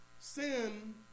sin